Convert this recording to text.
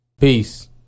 Peace